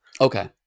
okay